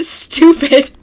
stupid